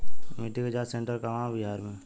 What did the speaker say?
मिटी के जाच सेन्टर कहवा बा बिहार में?